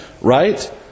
right